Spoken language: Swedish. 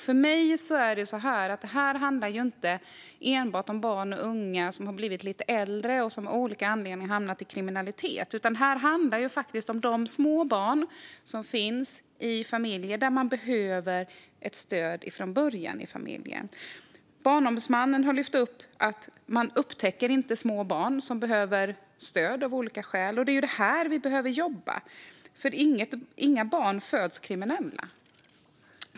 För mig handlar det inte enbart om barn och unga som har blivit lite äldre och av olika anledningar hamnat i kriminalitet. Det handlar faktiskt om de små barn som finns i familjer som behöver stöd från början. Barnombudsmannen har lyft upp att man inte upptäcker små barn som behöver stöd av olika skäl. Det är det vi behöver jobba med. Inga barn föds kriminella.